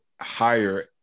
higher